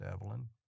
Evelyn